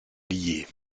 liés